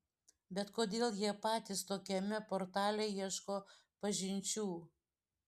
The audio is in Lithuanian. bet kodėl jie patys tokiame portale ieško pažinčių